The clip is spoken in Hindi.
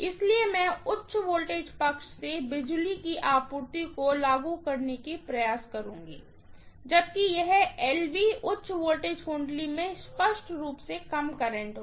इसलिए मैं उच्च वोल्टेज पक्ष से बिजली की आपूर्ति को लागू करने का प्रयास करुँगी जबकि यह LV उच्च वोल्टेजवाइंडिंग में स्पष्ट रूप से कम करंट होगा